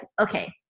okay